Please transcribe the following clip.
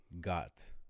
got